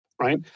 right